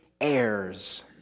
heirs